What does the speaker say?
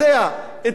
כדי להפחיד אותם.